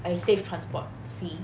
I save transport fee